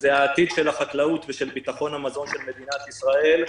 העתיד של החקלאות ושל ביטחון המזון של מדינת ישראל.